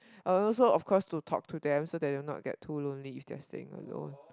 also of course to talk to them so that they will not get too lonely if they are staying alone